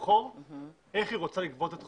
לבחור איך היא רוצה לגבות את חובותיה.